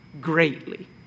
greatly